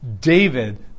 David